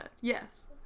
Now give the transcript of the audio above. Yes